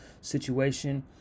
situation